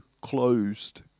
closed